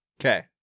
Okay